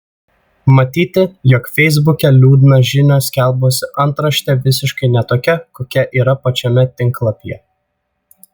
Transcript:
matyti jog feisbuke liūdną žinią skelbusi antraštė visiškai ne tokia kokia yra pačiame tinklapyje